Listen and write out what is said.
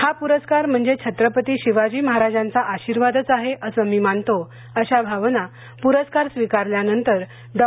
हा पुरस्कार म्हणजे छत्रपती शिवाजी महाराजांचा आशीर्वादच आहे असं मी मानतो अशा भावना पूरस्कार स्वीकारल्यानंतर डॉ